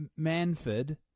Manford